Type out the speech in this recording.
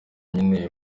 njyewe